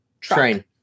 train